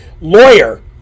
lawyer